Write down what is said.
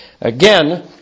Again